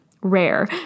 rare